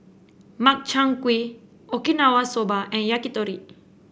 Makchang Gui Okinawa Soba and Yakitori